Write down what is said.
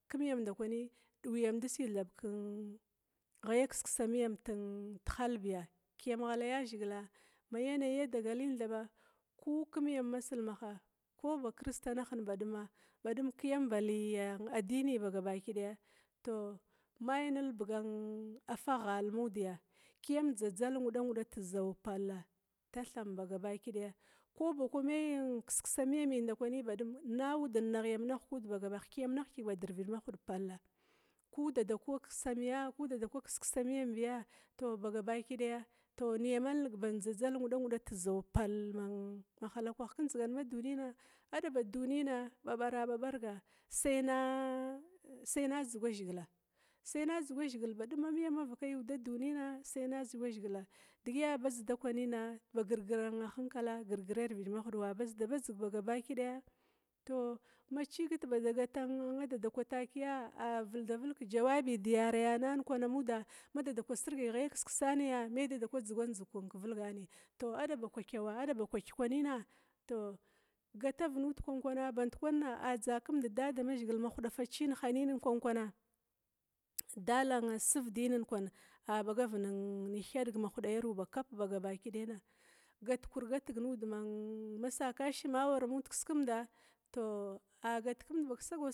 Kumyam ndakwi dugamdisi thab keghaya kiskisamiyami tihal biya kiyam ghala dadamazhigila ma yanayi ghala dadamazhigila ma yanayi ghala dadamzhigila ma yanayi dagalin thab ku kumyam masilmaha ku kristanaha baduma badum kiyam bali addini ba gabaki daya maya nilbuga fa hala mudiya kiyam dzadzal nguda-ngudan tizzaw palla ko ba dadakwai kiskisamiyambi ndakwi na udan nahyam na̱hig kuda, hyamna-hythid badirvid mahud palla ku dadakwa kisamiya ku dadakwa kisamiyambi niyamnig ba dzadzal ngudanguda tizzau palla. mahalakwah kendzigan ma dunina babarababarga sai na sai na dzuga zigigila saina dzuga zhigila, sai na dzuga zigil badum mamina saina dzuga zigila ɗigiti asida kwanina ba girgira hinkala ba girgira irvid mahud wa bazda kwanina ba gabakidaya tou macigi bada gata dadakwatakia avildavil kejawabi deyareana nin kwana amuda, ma dadakwa sirgai keki skisaniya maya dadakwa vilgani tou adaba kwakyawa adaba kwaky kwanina gatav nud kwan-kwana band kwa dzakimdit damazhigil ma huda facina dala sivdina kwan abagabv thadig badum ma huda yarwa ba kap bagakida ya gatkur gatig nud kwan ma sa kashima awara muda kiskimda tou a gatkumd bak sagau.